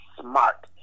smart